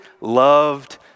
loved